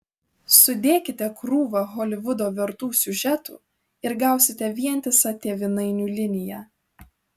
sudėkite krūvą holivudo vertų siužetų ir gausite vientisą tėvynainių liniją